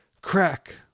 Crack